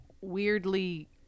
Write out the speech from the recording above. weirdly